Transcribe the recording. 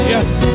Yes